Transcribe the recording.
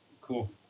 cool